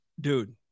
dude